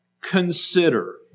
consider